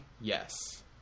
Yes